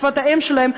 שפת האם שלהם,